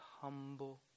humble